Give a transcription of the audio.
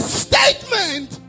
statement